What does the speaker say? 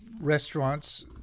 restaurants